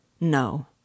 No